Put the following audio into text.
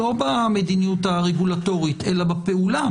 לא במדיניות הרגולטורית אלא בפעולה.